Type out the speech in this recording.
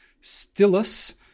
stylus